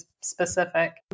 specific